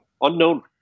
unknown